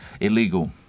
Illegal